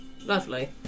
Lovely